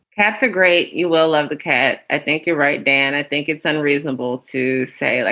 cats are great. you will love the cat. i think you're right, dan. i think it's unreasonable to say, like,